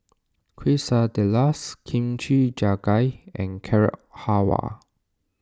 Quesadillas Kimchi Jjigae and Carrot Halwa